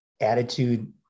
attitude